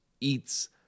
eats